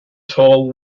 tall